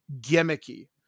gimmicky